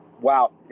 Wow